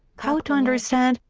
how to understand,